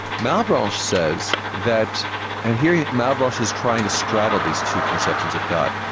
malebranche says that and here yeah malebranche is trying to straddle these two conceptions of god.